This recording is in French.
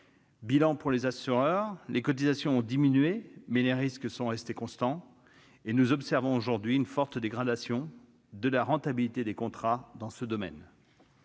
Bilan pour les assureurs : les cotisations ont diminué, mais les risques sont restés constants, et nous observons aujourd'hui une forte dégradation de la rentabilité des contrats dans ce domaine.